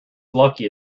lucky